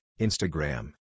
Instagram